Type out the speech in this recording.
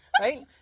right